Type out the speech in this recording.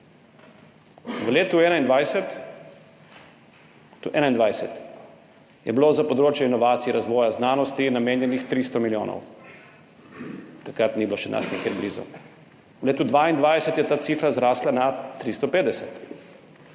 V letu 2021 je bilo za področje inovacij, razvoja znanosti namenjenih 300 milijonov, takrat ni bilo še nas nikjer blizu. V letu 2022 je ta cifra zrasla na 350,